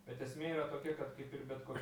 bet esmė yra tokia kad kaip ir bet kur